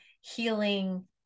healing